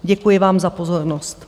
Děkuji vám za pozornost.